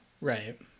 Right